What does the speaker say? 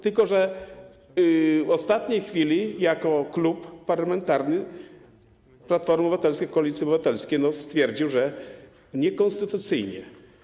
tylko że w ostatniej chwili Klub Parlamentarny Platforma Obywatelska - Koalicja Obywatelska stwierdził, że niekonstytucyjnie.